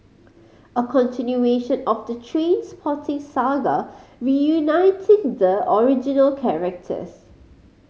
a continuation of the Trainspotting saga reuniting the original characters